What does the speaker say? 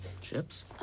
Chips